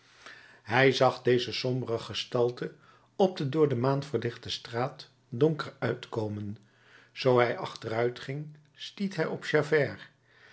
hij zag deze sombere gestalte op de door de maan verlichte straat donker uitkomen zoo hij achteruitging stiet hij op javert